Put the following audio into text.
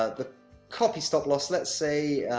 ah the copy stop-loss let's say,